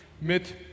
mit